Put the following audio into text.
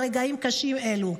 ברגעים קשים אלו.